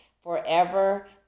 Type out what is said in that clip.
forever